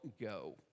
go